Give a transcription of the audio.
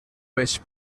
which